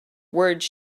words